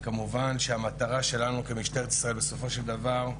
כמובן שהמטרה שלנו כמשטרת ישראל בסופו של דבר,